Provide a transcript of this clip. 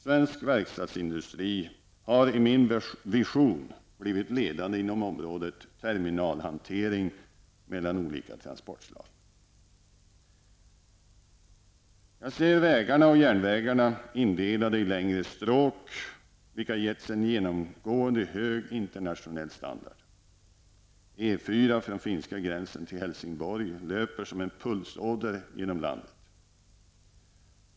Svensk verkstadsindustri har i min vision blivit ledande inom området terminalhantering mellan olika transportslag. Jag ser vägarna och järnvägarna indelade i längre stråk, vilka getts en genomgående hög internationell standard. E 4 från finska gränsen till Helsingborg löper som en pulsåder genom landet.